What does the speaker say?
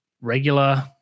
regular